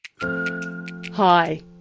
Hi